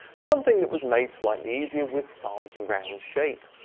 something that was made slightly easier with saab's round shape!